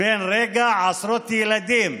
בן רגע עשרות ילדים,